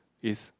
is